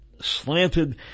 slanted